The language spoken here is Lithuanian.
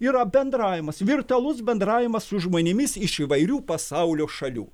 yra bendravimas virtualus bendravimas su žmonėmis iš įvairių pasaulio šalių